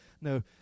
No